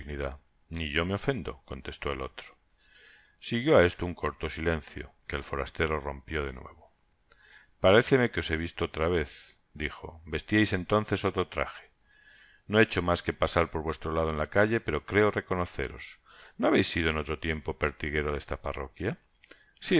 ni yo me ofendo contestó el otro siguió á esto un corto silencie que el forastero rompió de nuevo paréceme que os he visto otra vez dijo vesmais entonces otro traje no he hecho mas que pasar por vuestro lado en la calle pero creo reconoceros no habeis sido en otro tiempo pertiguero de esta parroquia